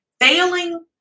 Failing